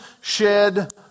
shed